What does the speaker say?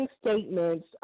statements